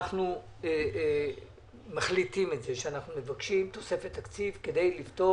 אנחנו מחליטים שאנחנו מבקשים תוספת תקציב כדי לפתור